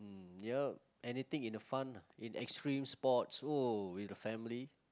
mm yup anything in the fun in extreme sports oh in the family